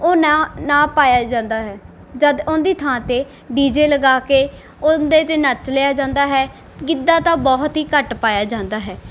ਉਹ ਨਾ ਨਾ ਪਾਇਆ ਜਾਂਦਾ ਹੈ ਜਦੋਂ ਉਹਦੀ ਥਾਂ 'ਤੇ ਡੀ ਜੇ ਲਗਾ ਕੇ ਉਹਦੇ 'ਤੇ ਨੱਚ ਲਿਆ ਜਾਂਦਾ ਹੈ ਗਿੱਧਾ ਤਾਂ ਬਹੁਤ ਹੀ ਘੱਟ ਪਾਇਆ ਜਾਂਦਾ ਹੈ